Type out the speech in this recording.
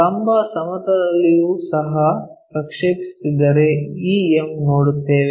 ಲಂಬ ಸಮತಲದಲ್ಲಿಯೂ ಸಹ ಪ್ರಕ್ಷೇಪಿಸುತ್ತಿದ್ದರೆ ಈ m ನೋಡುತ್ತೇವೆ